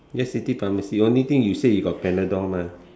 yes city pharmacy only thing you said you got Panadol mah